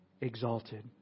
exalted